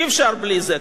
אי-אפשר בלי זה.